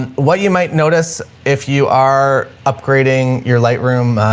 and what you might notice if you are upgrading your light room,